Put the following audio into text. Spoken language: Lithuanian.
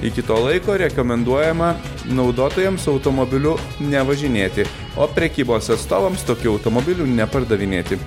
iki to laiko rekomenduojama naudotojams automobiliu nevažinėti o prekybos atstovams tokių automobilių nepardavinėti